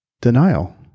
denial